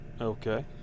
Okay